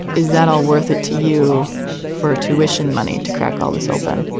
is that all worth it to you for tuition money to crack all this open.